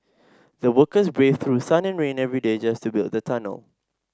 the workers braved through sun and rain every day just to build the tunnel